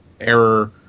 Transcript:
error